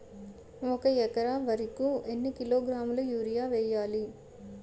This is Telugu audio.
ఒక ఎకర వరి కు ఎన్ని కిలోగ్రాముల యూరియా వెయ్యాలి?